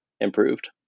improved